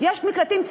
יש מקלטים ציבוריים.